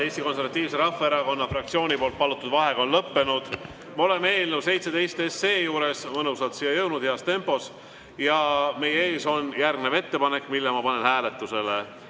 Eesti Konservatiivse Rahvaerakonna fraktsiooni poolt palutud vaheaeg on lõppenud. Me oleme eelnõu 17 juures, mõnusalt siia jõudnud, heas tempos. Meie ees on ettepanek, mille ma panen hääletusele.